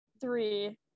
three